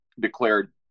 declared